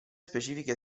specifiche